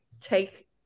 take